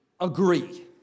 agree